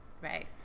Right